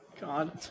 God